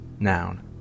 Noun